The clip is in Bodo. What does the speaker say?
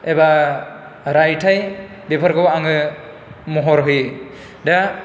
एबा रायथाइ बेफोरखौ आङो महर होयो दा